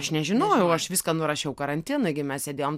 aš nežinojau aš viską nurašiau karantinui gi mes sėdėjom